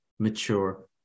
mature